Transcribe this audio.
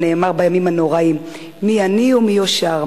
הנאמר בימים הנוראים: מי ייעני ומי ייעשר,